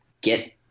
get